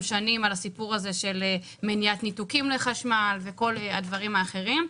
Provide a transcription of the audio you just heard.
שנים על הסיפור הזה של מניעת ניתוקים של חשמל וכל הדברים האחרים.